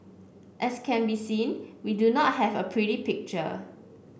as can be seen we do not have a pretty picture